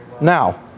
Now